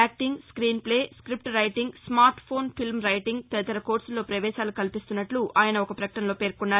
acting screenplay script writing smartphone film writing తదితర కోర్సుల్లో పవేశాలు కల్పిస్తున్నట్ల ఆయన ఒక పకటనలో పేర్కొన్నారు